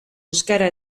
euskara